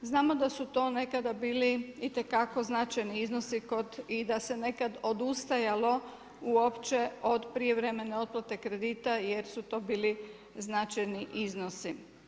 Znamo da su to nekada bili itekako značajni iznosi i da se nekada odustajalo uopće od prijevremene otplate kredita, jer su to bili značajni iznosi.